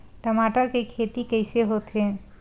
टमाटर के खेती कइसे होथे?